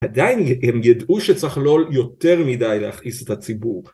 עדיין הם ידעו שצריך לא יותר מדי להכעיס את הציבור